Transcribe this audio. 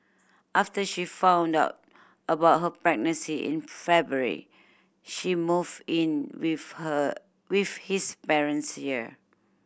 after she found out about her pregnancy in February she move in with her with his parents here